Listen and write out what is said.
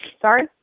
Sorry